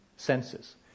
Senses